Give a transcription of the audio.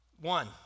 One